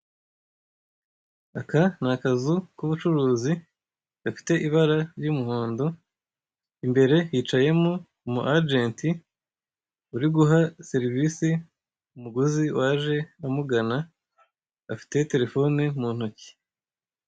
Aka ni akazu k'ubucuruzi gafite ibara ry'umuhondo, imbere hicayemo umuajenti uri guha serivise umuguzi waje amugana afite terefone mu ntoki.